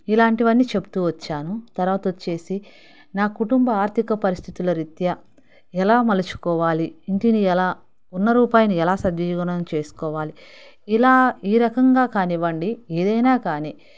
ఇలాంటివన్నీ చెబుతూ వచ్చాను తర్వాత వచ్చేసి నా కుటుంబ ఆర్థిక పరిస్థితుల రిత్యా ఎలా మలచుకోవాలి ఇంటిని ఎలా ఉన్న రూపాయిని ఎలా సద్వినియోగం చేసుకోవాలి ఇలా ఈ రకంగా కానివ్వండి ఏదైనా కానీ